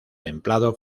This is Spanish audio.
templado